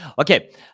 Okay